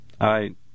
I